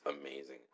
amazing